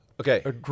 Okay